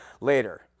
later